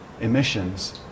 emissions